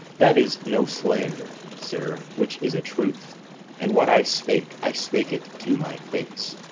that is no slander, sir, which is a truth and what i spake, i spake it to my face.